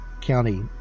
county